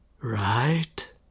Right